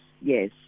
yes